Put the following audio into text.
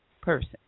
person